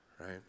right